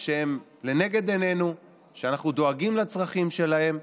שהם לנגד עינינו, שאנחנו דואגים לצרכים שלהם.